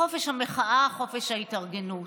חופש המחאה, חופש ההתארגנות.